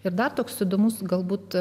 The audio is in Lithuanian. ir dar toks įdomus galbūt